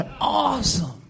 Awesome